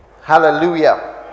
Hallelujah